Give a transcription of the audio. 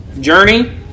journey